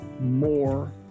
more